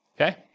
okay